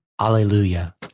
Alleluia